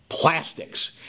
plastics